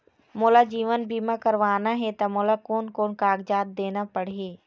मोला जीवन बीमा करवाना हे ता मोला कोन कोन कागजात देना पड़ही?